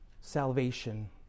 salvation